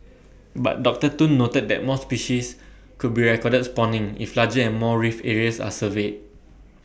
but doctor Tun noted that more species could be recorded spawning if larger and more reef areas are surveyed